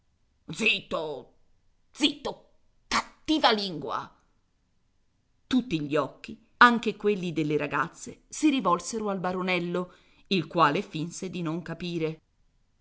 zitto zitto cattiva lingua tutti gli occhi anche quelli delle ragazze si rivolsero al baronello il quale finse di non capire